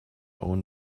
own